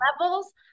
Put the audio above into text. levels